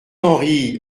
henri